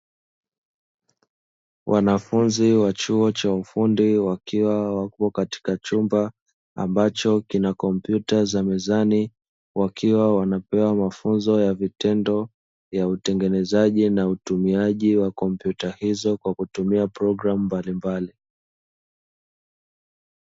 Wanafunzi wa chuo cha ufundi wakiwa wapo katika chumba ambacho kina kompyuta za mezani, wakiwa wanapewa mafunzo ya vitendo vya utengenezaji na utumiaji wa kompyuta hizo kwa kutumia programu mbalimbali.